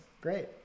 Great